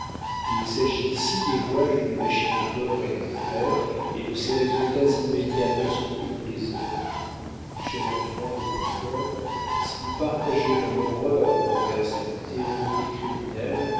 il s'agit ici des rouages d'une machine d'or et de fer et de ses résultats immédiats dont s'occupent les hommes cher enfant de mon cœur si vous partagez mon horreur envers cette théorie des criminels